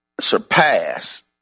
surpass